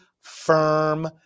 firm